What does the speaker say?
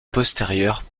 postérieures